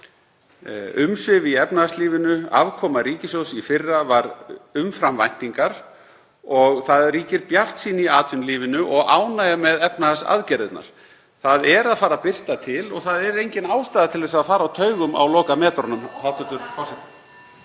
Umsvif í efnahagslífinu, afkoma ríkissjóðs í fyrra var umfram væntingar og það ríkir bjartsýni í atvinnulífinu og ánægja með efnahagsaðgerðirnar. Það er að fara að birta til og það er engin ástæða til að fara á taugum á lokametrunum,